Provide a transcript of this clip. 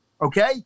Okay